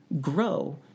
grow